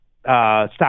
stock